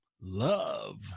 Love